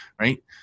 right